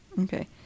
Okay